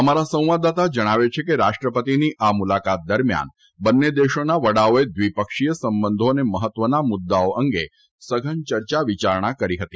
અમારા સંવાદદાતા જણાવે છે કે રાષ્ટ્રપતિની આ મુલાકાત દરમિયાન બંને દેશોના વડાઓએ દ્વિપક્ષીય સંબંધો અને મહત્વના મુદ્દાઓ અંગે સઘન ચર્ચા વિચારણા કરી હતી